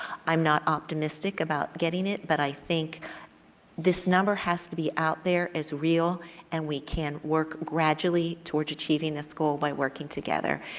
i'm not optimistic about getting it. but i think this number has to be out there. it is real and we can work gradually towards achieving this goal by working together.